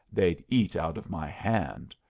they'd eat out of my hand.